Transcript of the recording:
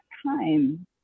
time